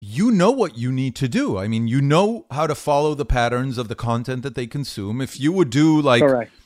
אתה יודע מה שאתה צריך לעשות, זאת אומרת, אתה יודע איך לעקוב אחרי התבניות של התוכן שהם צורכים. אם אתה תעשה כאילו...